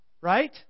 Right